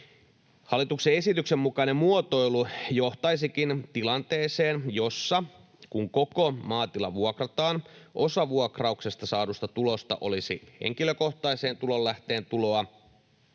Hallituksen esityksen mukainen muotoilu johtaisikin tilanteeseen, jossa, kun koko maatila vuokrataan, osa vuokrauksesta saadusta tulosta olisi henkilökohtaisen tulonlähteen tuloa